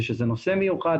שזה נושא מיוחד,